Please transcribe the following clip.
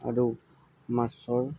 আৰু মাছৰ